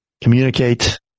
Communicate